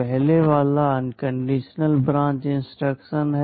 पहले वाला unconditional branch instruction है